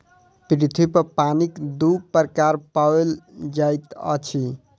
पृथ्वी पर पानिक दू प्रकार पाओल जाइत अछि